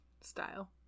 style